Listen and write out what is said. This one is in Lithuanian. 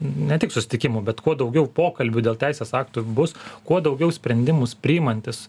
ne tik susitikimų bet kuo daugiau pokalbių dėl teisės aktų bus kuo daugiau sprendimus priimantys